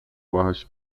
باهاش